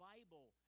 Bible